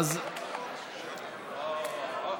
אדוני היושב-ראש,